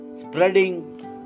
spreading